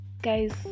guys